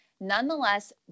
Nonetheless